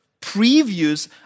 previews